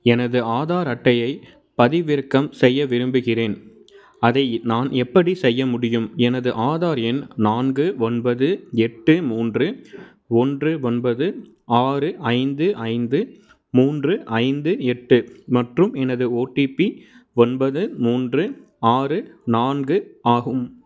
எனது ஆதார் அட்டையை பதிவிறக்கம் செய்ய விரும்புகிறேன் அதை நான் எப்படி செய்ய முடியும் எனது ஆதார் எண் நான்கு ஒன்பது எட்டு மூன்று ஒன்று ஒன்பது ஆறு ஐந்து ஐந்து மூன்று ஐந்து எட்டு மற்றும் எனது ஓடிபி ஒன்பது மூன்று ஆறு நான்கு ஆகும்